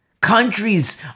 Countries